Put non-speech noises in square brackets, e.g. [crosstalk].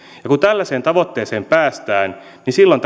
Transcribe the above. kun tällaiseen tavoitteeseen päästään niin silloin [unintelligible]